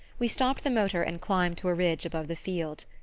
we stopped the motor and climbed to a ridge above the field.